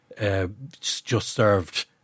just-served